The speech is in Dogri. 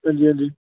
हांजी हांजी